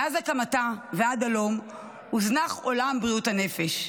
מאז הקמתה ועד הלום הוזנח עולם בריאות הנפש.